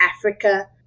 Africa